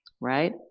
right